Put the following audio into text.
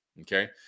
okay